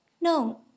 No